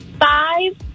Five